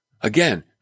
Again